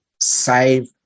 save